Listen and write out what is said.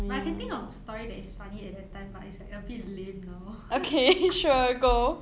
but I can think of a story that is funny at that time but it's like a bit lame now